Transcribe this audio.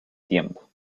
tiempo